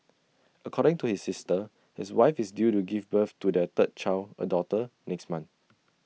according to his sister his wife is due to give birth to their third child A daughter next month